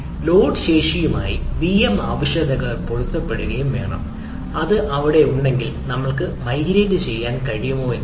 node ശേഷിയുമായി VM ആവശ്യകതകൾ പൊരുത്തപ്പെടുത്തുകഉം വേണം അത് അവിടെ ഉണ്ടെങ്കിൽ നമുക്ക് കാര്യം മൈഗ്രേറ്റ് ചെയ്യാൻ കഴിയുമോ എന്ന് നോക്കാം